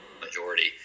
majority